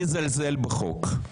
מזלזל בחוק,